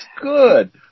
good